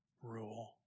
Rule